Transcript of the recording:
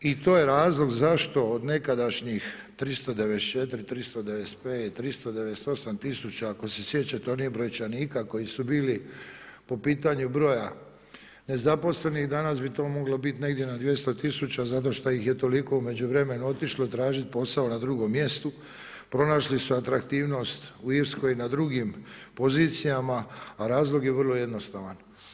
I to je razlog zašto od nekadašnjih 394, 395, 398 tisuća ako se sjećate onih brojčanika koji su bili po pitanju broja nezaposlenih, danas bi to moglo biti negdje na 200.000 zato što ih je toliko u međuvremenu otišlo tražiti posao na drugo mjesto, pronašli su atraktivnost u Irskoj i na drugim pozicijama, a razlog je vrlo jednostavan.